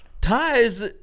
Ties